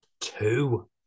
Two